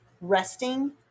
Resting